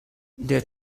der